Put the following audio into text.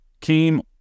came